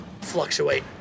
fluctuate